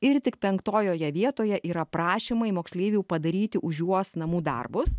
ir tik penktojoje vietoje yra prašymai moksleivių padaryti už juos namų darbus